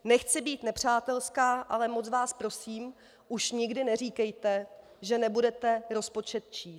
Nechci být nepřátelská, ale moc vás prosím, už nikdy neříkejte, že nikdy nebudete rozpočet číst.